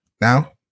now